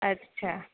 अच्छा